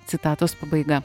citatos pabaiga